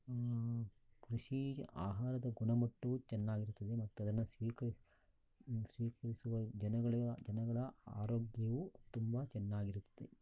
ಕೃಷಿ ಆಹಾರದ ಗುಣಮಟ್ಟವು ಚೆನ್ನಾಗಿರುತ್ತದೆ ಮತ್ತೆ ಅದನ್ನ ಸ್ವೀಕಾರ ಸ್ವೀಕರಿಸುವ ಜನಗಳಿಗ ಜನಗಳ ಆರೋಗ್ಯವು ತುಂಬ ಚೆನ್ನಾಗಿರುತ್ತದೆ